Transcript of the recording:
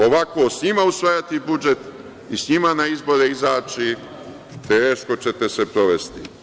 Ovako, s njima usvajati budžet i sa njima na izbore izaći, teško ćete se provesti.